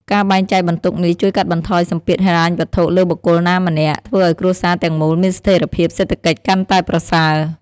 ការបែងចែកបន្ទុកនេះជួយកាត់បន្ថយសម្ពាធហិរញ្ញវត្ថុលើបុគ្គលណាម្នាក់ ធ្វើឲ្យគ្រួសារទាំងមូលមានស្ថិរភាពសេដ្ឋកិច្ចកាន់តែប្រសើរ។